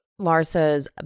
Larsa's